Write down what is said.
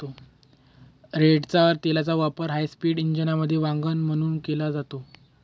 रेडच्या तेलाचा वापर हायस्पीड इंजिनमध्ये वंगण म्हणून केला जातो